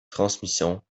transmission